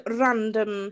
random